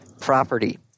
Property